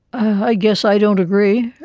i guess i don't agree.